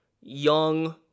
young